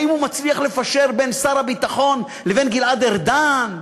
אם הוא מצליח לפשר בין שר הביטחון לבין גלעד ארדן,